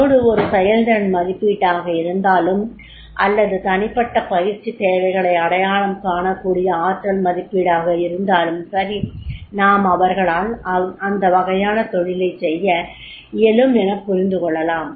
அதோடு ஒரு செயல்திறன் மதிப்பீடாக இருந்தாலும் அல்லது தனிப்பட்ட பயிற்சித் தேவைகளை அடையாளம் காணக்கூடிய ஆற்றல் மதிப்பீடாக இருந்தாலும் சரி நாம் அவரால் அந்தவகையான தொழிலைச் செய்ய இயலும் எனப் புரிந்துகொள்ளலாம்